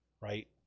right